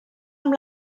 amb